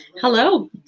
Hello